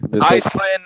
Iceland